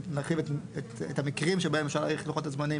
שנרחיב את המקרים שבהם אפשר להאריך את לוחות הזמנים